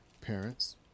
parents